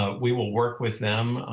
ah we will work with them,